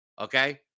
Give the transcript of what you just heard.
Okay